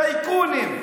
טייקונים,